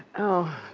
oh.